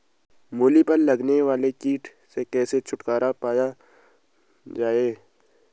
मूली पर लगने वाले कीट से कैसे छुटकारा पाया जाये?